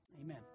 Amen